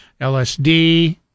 lsd